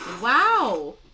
Wow